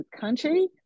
country